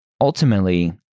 ultimately